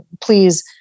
please